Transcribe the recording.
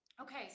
Okay